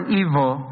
evil